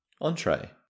Entree